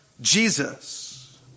Jesus